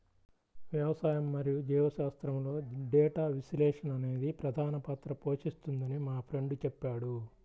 వ్యవసాయం మరియు జీవశాస్త్రంలో డేటా విశ్లేషణ అనేది ప్రధాన పాత్ర పోషిస్తుందని మా ఫ్రెండు చెప్పాడు